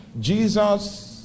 Jesus